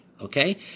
Okay